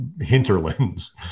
hinterlands